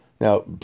Now